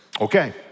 Okay